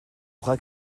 bras